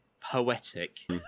poetic